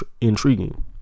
intriguing